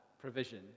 provision